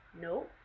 No